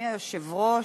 אדוני היושב-ראש,